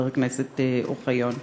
חבר הכנסת אוחיון.